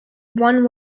one